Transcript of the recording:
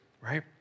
right